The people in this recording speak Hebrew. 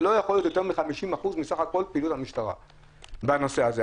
זה לא יכול להיות יותר מ-50% פעילות המשטרה בנושא הזה.